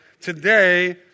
today